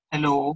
Hello